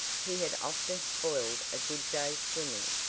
he had often spoiled a good day's swimming,